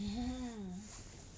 hmm